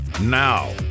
Now